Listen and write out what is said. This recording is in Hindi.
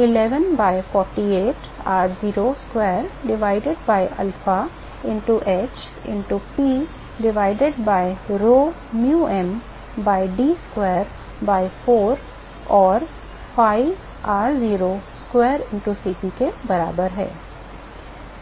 11 by 48 r0 square divided by alpha into h into P divided by rho um by d square by 4 or phi r0 square into Cp के बराबर है